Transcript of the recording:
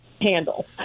handle